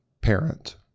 parent